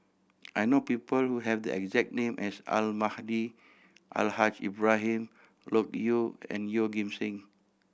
I know people who have the exact name as Almahdi Al Haj Ibrahim Loke Yew and Yeoh Ghim Seng